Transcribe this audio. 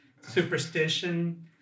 superstition